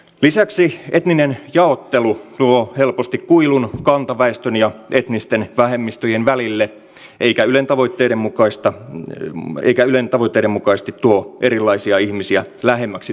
lisäksi etninen jaottelu luo helposti kuilun kantaväestön ja etnisten vähemmistöjen välille eikä ylen tavoitteiden mukaista riumme eikä ylen tavoitteiden mukaisesti tuo erilaisia ihmisiä lähemmäksi toisiaan